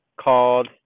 called